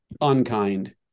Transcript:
unkind